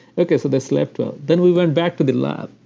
okay. so they slept well. then we went back to the lab.